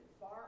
far